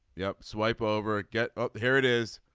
yeah swipe over it get here it is.